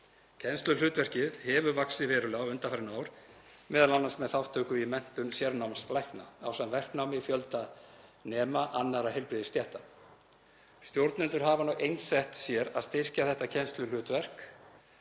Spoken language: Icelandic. Kennsluhlutverkið hefur vaxið verulega undanfarin ár, m.a. með þátttöku í menntun sérnámslækna ásamt verknámi fjölda nema annarra heilbrigðisstétta. Stjórnendur hafa nú einsett sér að styrkja þetta kennsluhlutverk